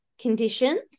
conditions